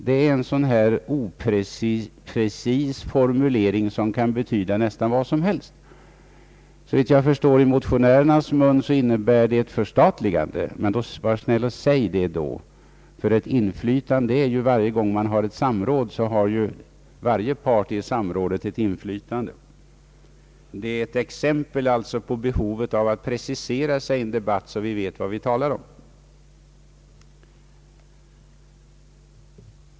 Detta är en opreciserad formulering som kan betyda nästan vad som helst. Såvitt jag förstår innebär det i motionärernas mun ett förstatligande. Men var snälla och säg det då! Ty varje gång man har ett samråd har varje part i det samrådet ett inflytande. Detta är ett exempel på behovet att precisera sig i en debatt, så att vi vet vad vi talar om.